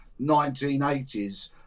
1980s